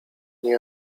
nie